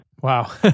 Wow